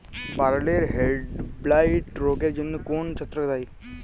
বার্লির হেডব্লাইট রোগের জন্য কোন ছত্রাক দায়ী?